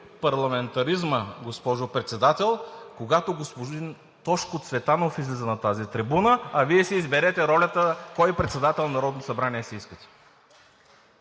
парламентаризма, госпожо Председател, когато господин Тошко Цветанов излиза на тази трибуна, а Вие си изберете ролята – кой председател на Народното събрание си искате.